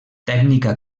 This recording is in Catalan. tècnica